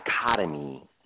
dichotomy